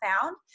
found